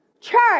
Church